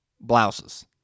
Blouses